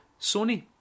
Sony